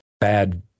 bad